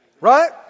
Right